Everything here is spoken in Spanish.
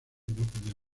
podía